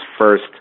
first